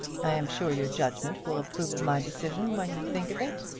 i am sure your judgment will approve of my decision when you think of it.